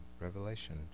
Revelation